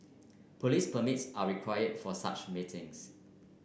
police permits are require for such meetings